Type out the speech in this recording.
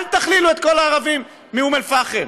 אל תכלילו את כל הערבים מאום אלפחם.